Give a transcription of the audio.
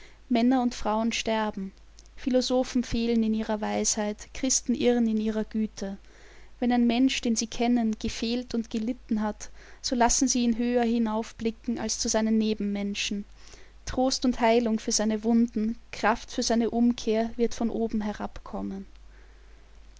männer und frauen sterben philosophen fehlen in ihrer weisheit christen irren in ihrer güte wenn ein mensch den sie kennen gefehlt und gelitten hat so lassen sie ihn höher hinauf blicken als zu seinen nebenmenschen trost und heilung für seine wunden kraft für seine umkehr wird von oben herab